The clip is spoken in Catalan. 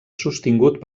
sostingut